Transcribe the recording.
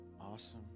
Awesome